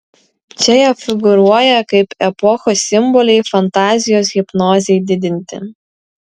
čia jie figūruoja kaip epochos simboliai fantazijos hipnozei didinti